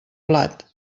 blat